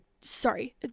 sorry